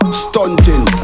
stunting